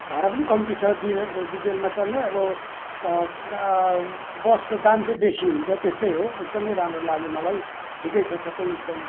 भाडा पनि कम्ती छ डि डिजलमा चल्ने अब का बसको दाम चाहिँ बेसी हुन्छ त्यस्तै हो एकदमै राम्रो लाग्यो मलाई ठिकै छ सबै एकदम